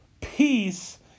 Peace